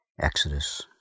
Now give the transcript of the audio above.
Exodus